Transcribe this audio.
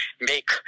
make